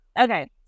okay